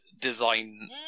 design